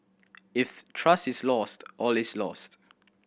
if trust is lost all is lost